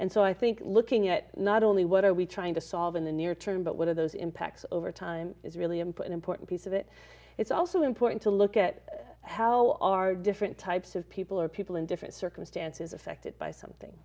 and so i think looking at not only what are we trying to solve in the near term but whether those impacts over time is really important point piece of it it's also important to look at how our different types of people or people in different circumstances affected by something